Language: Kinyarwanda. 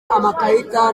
amakarita